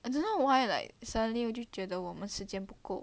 I don't know why like suddenly 我就觉得我们时间不够